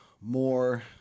more